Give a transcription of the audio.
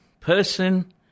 person